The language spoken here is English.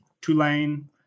Tulane